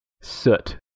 Soot